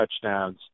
touchdowns